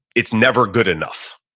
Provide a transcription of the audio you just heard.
it's never good enough.